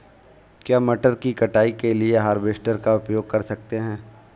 क्या मटर की कटाई के लिए हार्वेस्टर का उपयोग कर सकते हैं?